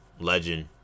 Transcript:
legend